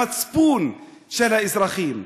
למצפון של האזרחים.